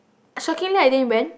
shockingly I didn't went